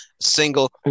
single